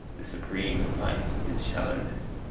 the supreme vice is shallowness.